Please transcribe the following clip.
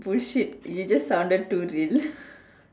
bullshit you just sounded too real